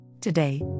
Today